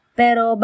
pero